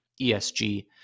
ESG